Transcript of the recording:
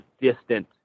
distant